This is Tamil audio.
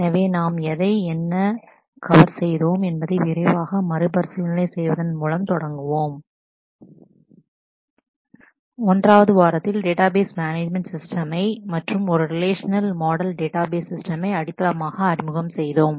எனவே நாம் எதை என்ன கவர் செய்தோம் என்பதை விரைவாக மறுபரிசீலனை செய்வதன் மூலம் தொடங்குவேன் 1 வது வாரத்தில் டேட்டாபேஸ் மேனேஜ்மெண்ட் சிஸ்டமை மற்றும் ஒரு ரிலேஷனல் மாடல் டேட்டாபேஸ் சிஸ்டமை அடித்தளமான அறிமுகம் செய்தோம்